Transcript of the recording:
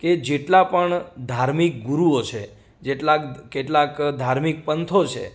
કે જેટલા પણ ધાર્મિક ગુરુઓ છે જેટલા કેટલાક ધાર્મિક પંથો છે